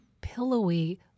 pillowy